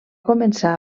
començar